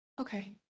okay